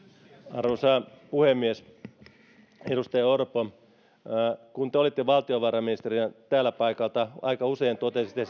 arvoisa puhemies edustaja orpo kun te olitte valtiovarainministerinä tällä paikalla aika usein totesitte